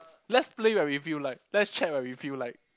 let's play when we feel like let's check when we feel like